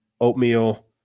Oatmeal